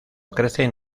crecen